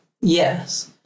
Yes